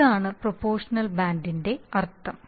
ഇതാണ് പ്രൊപോഷണൽ ബാൻഡിന്റെ അർത്ഥം